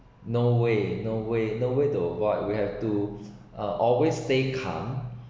no way no way no way to avoid we have to uh always stay calm